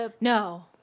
no